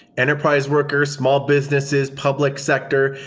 enterprise workers, small businesses, public sector,